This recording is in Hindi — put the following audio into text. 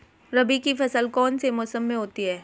रबी की फसल कौन से मौसम में होती है?